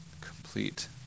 Complete